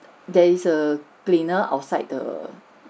there is a cleaner outside the